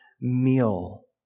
meal